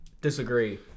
Disagree